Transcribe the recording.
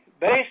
based